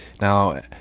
Now